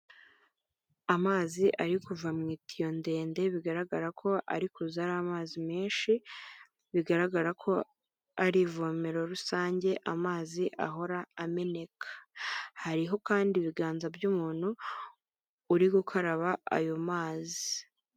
Amazi ari kuva mu itiyo ndende bigaragara ko ari kuza ari amazi menshi bigaragara ko ari ivomero rusange amazi ahora ameneka hariho kandi ibiganza by'umuntu uri gukaraba ayo mazi.